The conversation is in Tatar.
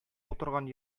утырган